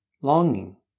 longing